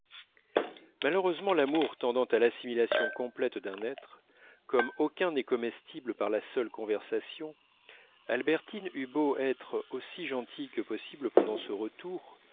malheureusement l'amour tendant à l'assimilation complète d'un être comme aucun n'est comestible par la seule conversation albertine eut beau être aussi gentille que possible pendant ce retour